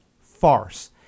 farce